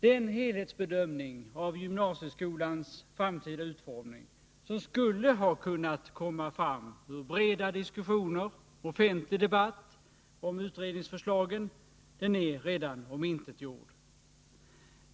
Den helhetsbedömning av gymnasieskolans framtida utformning som skulle ha kunnat komma fram ur breda diskussioner och offentlig debatt om utredningsförslagen är redan omintetgjord.